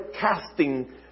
casting